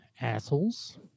assholes